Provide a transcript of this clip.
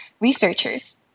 researchers